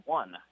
one